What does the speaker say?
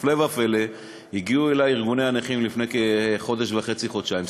הפלא ופלא הגיעו אלי ארגוני הנכים לפני חודש וחצי או חודשיים,